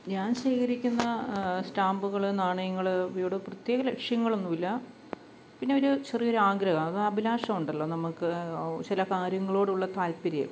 ഞാൻ ശേഖരിക്കുന്ന സ്റ്റാമ്പുകൾ നാണയങ്ങൾ ഇവയുടെ പ്രത്യേക ലക്ഷ്യങ്ങളൊന്നുമില്ല പിന്നെ ഒരു ചെറിയൊരാഗ്രഹം അഥവ അഭിലാഷമുണ്ടല്ലോ നമുക്ക് ഒ ചില കാര്യങ്ങളോടുള്ള താത്പര്യം